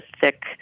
thick